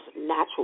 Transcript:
natural